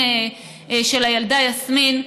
של הילדה יסמין,